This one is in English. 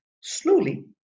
slowly